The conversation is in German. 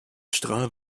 strahl